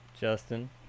Justin